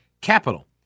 capital